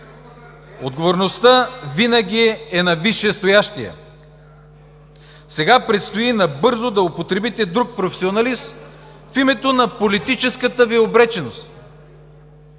Отговорността винаги е на висшестоящия. Сега предстои набързо да употребите друг професионалист в името на политическата Ви обреченост.